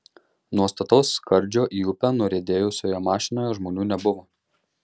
nuo stataus skardžio į upę nuriedėjusioje mašinoje žmonių nebuvo